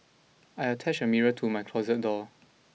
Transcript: I attached a mirror to my closet door